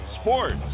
Sports